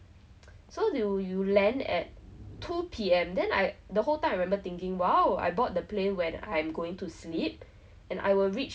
then you are stuck there you sit there then you just now I only look forward to like reaching the place to go and discover there was never really the flight lah